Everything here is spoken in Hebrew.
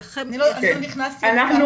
אפילו לא נכנסתי לפורטל הורים --- אנחנו